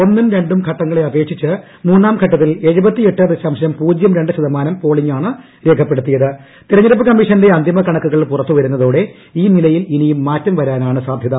ഒന്നും രണ്ടും ഘട്ടങ്ങളെ അപേക്ഷിച്ച് മൂന്നാം ഘട്ടത്തിൽ തെരഞ്ഞെടുപ്പ് കമ്മീഷന്റെ അന്തിമകണക്കു്കൾ പുറത്തുവരുന്നതോടെ ഈ നിലയിൽ ഇനിയും മാറ്റം വ്യശാനാണ് സാധ്യത